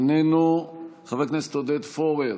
איננו, חבר הכנסת עודד פורר,